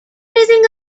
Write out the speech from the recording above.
rising